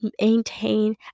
maintain